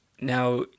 Now